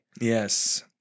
yes